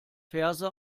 verse